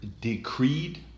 decreed